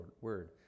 word